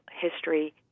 history